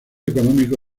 económico